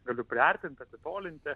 galiu priartinti atitolinti